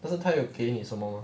可是他有给你什么吗